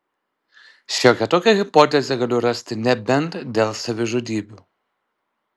šiokią tokią hipotezę galiu rasti nebent dėl savižudybių